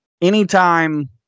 anytime